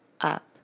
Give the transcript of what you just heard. up